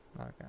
okay